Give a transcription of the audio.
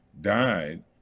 died